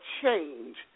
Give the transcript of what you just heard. change